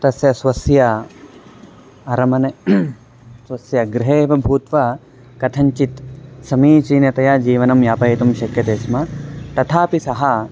तस्य स्वस्य अरमने स्वस्य गृहे एव भूत्वा कथञ्चित् समीचीनतया जीवनं यापयितुं शक्यते स्म तथापि सः